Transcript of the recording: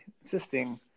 insisting